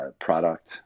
product